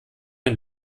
mir